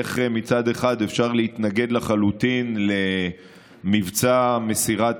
איך מצד אחד אפשר להתנגד לחלוטין למבצע מסירת